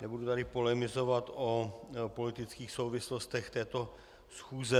Nebudu tady polemizovat o politických souvislostech této schůze.